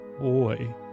boy